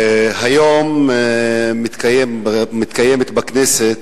היום בשעה 16:30 מתקיימת בכנסת,